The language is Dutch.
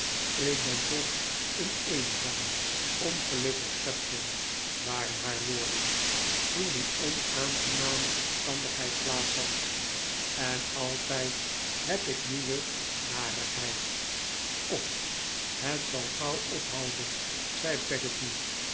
ik ben toch een eenzaam onge lukkig schepsel waren haar woorden toen die onaangename omstandigheid plaats had en altijd heb ik nieuwe narigheid och het zal gauw ophouden zei